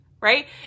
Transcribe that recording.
right